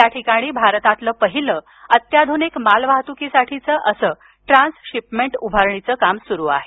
या ठिकाणी भारतातलं पहिलं अत्याधुनिक मालवाहतुकीसाठीचं असं ट्रान्स शिपमेंट उभारणीचं काम सुरू आहे